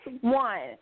one